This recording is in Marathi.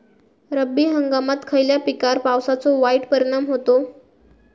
रब्बी हंगामात खयल्या पिकार पावसाचो वाईट परिणाम होता?